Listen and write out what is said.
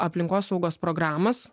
aplinkosaugos programas